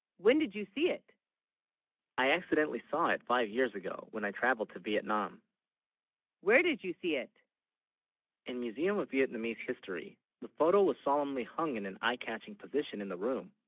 when did you see it i accidentally saw it five years, ago, when i traveled to vietnam where did you see it in museum of vietnamese history the photo, was solemnly hung in an eye-catching position in the room